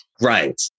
Right